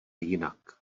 jinak